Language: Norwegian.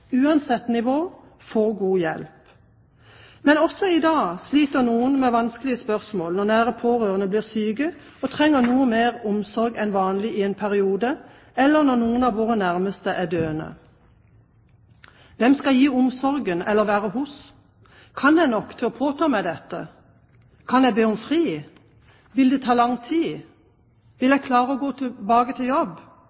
uansett nivå, får god hjelp. Men også i dag sliter noen med vanskelige spørsmål når nære pårørende blir syke og trenger noe mer omsorg enn vanlig i en periode, eller når noen av våre nærmeste er døende. Hvem skal gi omsorgen, eller være hos? Kan jeg nok til å påta meg dette? Kan jeg be om fri? Vil det ta lang tid? Vil